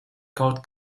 kaut